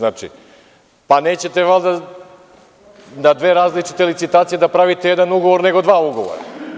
Nećete valjda na dve različite licitacije da pravite jedan ugovor, nego dva ugovora.